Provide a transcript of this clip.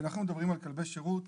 כשאנחנו מדברים על כלבי שירות